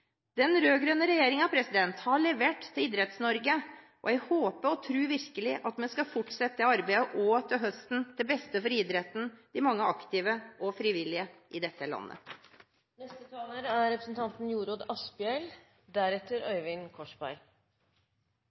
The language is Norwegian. Den rød-grønne regjeringen har levert til Idretts-Norge, og jeg håper og tror virkelig at vi skal fortsette det arbeidet også til høsten, til beste for idretten og de mange aktive og frivillige i dette landet. Tilbake til statsrådens og ikke minst også Øyvind